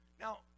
Now